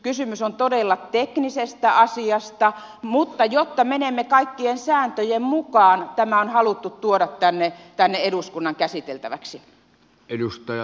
kysymys on todella teknisestä asiasta mutta jotta menemme kaikkien sääntöjen mukaan tämä on haluttu tuoda tänne eduskunnan käsiteltäväksi